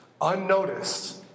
unnoticed